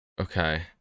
Okay